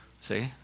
See